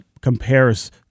compares